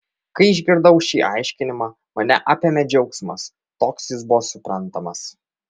kai išgirdau šį aiškinimą mane apėmė džiaugsmas toks jis buvo suprantamas